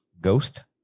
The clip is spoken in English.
Ghost